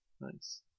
Nice